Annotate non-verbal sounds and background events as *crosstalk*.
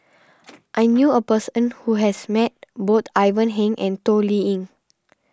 *noise* I knew a person *hesitation* who has met both Ivan Heng and Toh Liying